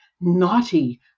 naughty